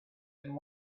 and